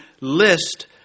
list